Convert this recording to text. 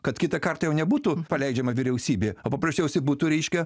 kad kitą kartą jau nebūtų paleidžiama vyriausybė o paprasčiausiai būtų reiškia